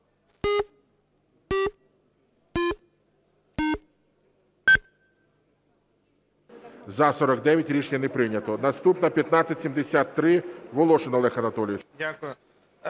За-49 Рішення не прийнято. Наступна 1573. Волошин Олег Анатолійович.